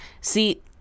See